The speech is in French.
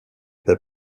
fait